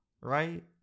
right